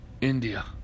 India